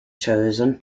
chosen